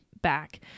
back